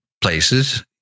places